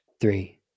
three